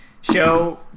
show